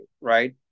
right